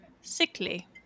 sickly